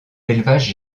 élevages